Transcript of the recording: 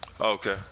Okay